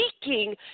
speaking